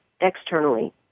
externally